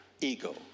ego